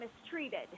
mistreated